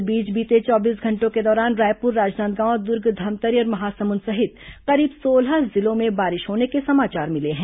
इस बीच बीते चौबीस घंटों के दौरान रायपुर राजनांदगांव दुर्ग धमतरी और महासमुंद सहित करीब सोलह जिलों में बारिश होने के समाचार मिले हैं